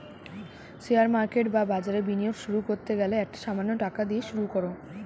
share market বা বাজারে বিনিয়োগ শুরু করতে গেলে একটা সামান্য টাকা দিয়ে শুরু করো